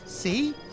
See